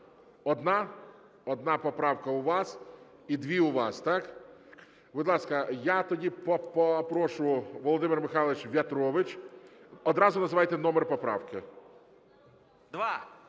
Одна поправка у вас. І дві у вас, так? Будь ласка, я тоді попрошу, Володимир Михайлович В’ятрович. Одразу називайте номер поправки.